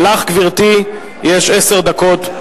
לך, גברתי, יש עשר דקות.